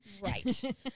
Right